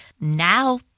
now